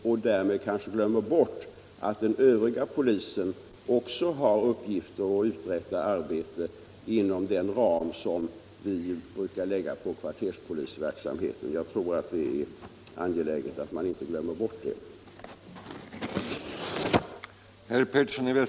Då glömmer man kanske att också den övriga polispersonalen har uppgifter och uträttar ett arbete inom den ram som vi brukar ange för kvarterspolisverksamheten. Det är angeläget att inte glömma bort den saken.